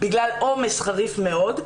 בגלל עומס חריף מאוד.